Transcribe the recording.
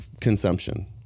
consumption